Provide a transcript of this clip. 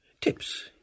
Tips